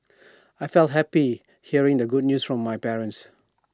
I felt happy hearing the good news from my parents